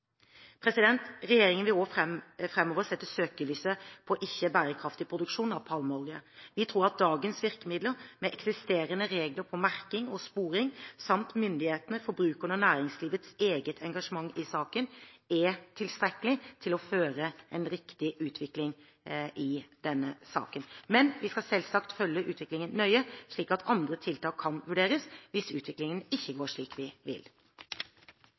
Regjeringen vil også framover rette søkelyset mot ikke-bærekraftig produksjon av palmeolje. Vi tror at dagens virkemidler med eksisterende regler for merking og sporing, samt myndighetenes, forbrukernes og næringslivets eget engasjement i saken, er tilstrekkelig for å sikre en riktig utvikling i denne saken. Men vi skal selvsagt følge utviklingen nøye, slik at andre tiltak kan vurderes hvis utviklingen ikke går slik vi vil.